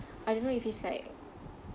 I don't know if it's like